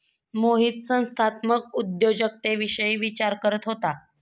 मोहित संस्थात्मक उद्योजकतेविषयी विचार करत होता